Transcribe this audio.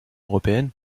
européenne